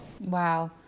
Wow